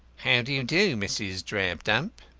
how do you do, mrs. drabdump?